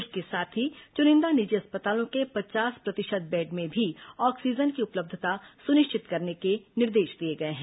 इसके साथ ही चुनिंदा निजी अस्पतालों के पचास प्रतिशत बेड में भी ऑक्सीजन की उपलब्धता सुनिश्चित करने के निर्देश दिए गए हैं